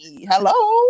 hello